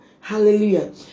Hallelujah